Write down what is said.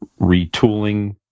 retooling